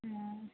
हँ